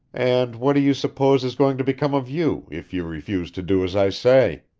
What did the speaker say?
and what do you suppose is going to become of you, if you refuse to do as i say?